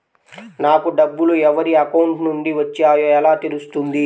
నాకు డబ్బులు ఎవరి అకౌంట్ నుండి వచ్చాయో ఎలా తెలుస్తుంది?